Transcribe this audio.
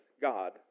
God